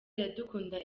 iradukunda